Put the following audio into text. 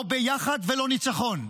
לא ביחד ולא ניצחון.